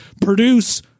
produce